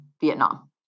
Vietnam